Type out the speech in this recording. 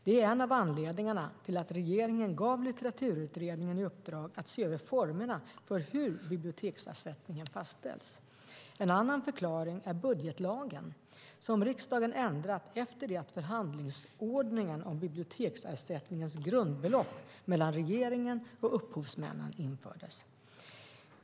Det är en av anledningarna till att regeringen gav Litteraturutredningen i uppdrag att se över formerna för hur biblioteksersättningen fastställs. En annan förklaring är budgetlagen, som riksdagen ändrat efter det att förhandlingsordningen om biblioteksersättningens grundbelopp mellan regeringen och upphovsmännen infördes.